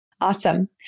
Awesome